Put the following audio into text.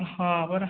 ହଁ ପରା